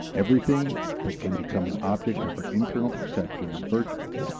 everything that can become an object of our internal perception is virtual,